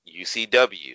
UCW